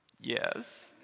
Yes